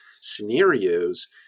scenarios